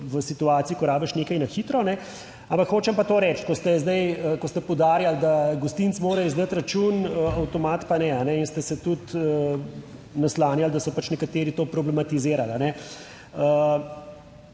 v situaciji, ko rabiš nekaj na hitro, ampak hočem pa to reči, ko ste zdaj, ko ste poudarjali, da gostinec mora izdati račun, avtomat pa ne in ste se tudi naslanjali, da so pač nekateri to problematizirali.